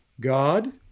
God